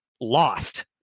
Lost